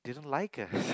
like us